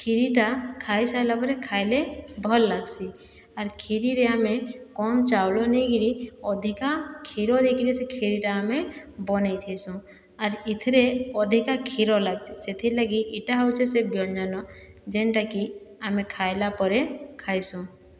କ୍ଷିରିଟା ଖାଇ ସାରିଲା ପରେ ଖାଇଲେ ଭଲ ଲାଗ୍ସି ଆର କ୍ଷିରିରେ ଆମେ କମ ଚାଉଳ ନେଇକିରି ଅଧିକା କ୍ଷୀର ଦେଇକିରି ସେ କ୍ଷିରିଟା ଆମେ ବନେଇ ଥାଇସନ୍ ଆର୍ ଇଥିରେ ଅଧିକା କ୍ଷୀର ଲାଗଛେ ସେଥିର୍ ଲାଗି ଇଟା ହଉଛେ ସେ ବ୍ୟଞ୍ଜନ ଯେନ୍ଟାକି ଆମେ ଖାଇଲା ପରେ ଖାଇସୁଁ